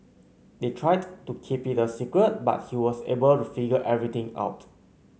they tried to keep it a secret but he was able to figure everything out